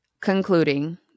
concluding